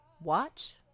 watch